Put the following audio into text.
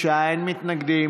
בעד, 46, אין מתנגדים.